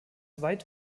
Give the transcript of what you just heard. weit